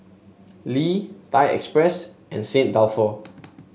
Lee Thai Express and Saint Dalfour